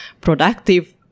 productive